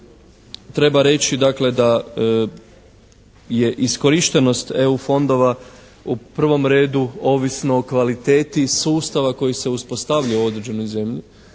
treba reći dakle da je iskorištenost EU fondova u prvom redu ovisno o kvaliteti sustava koji se ispostavlja u određenoj zemlji,